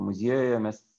muziejuje mes